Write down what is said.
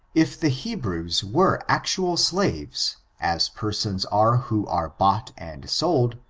if the hebrews were actual slaves as persons are who are bought and sold,